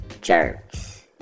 jerks